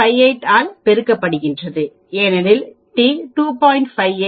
58 ஆல் பெருக்கப்படுகிறது ஏனெனில் t 2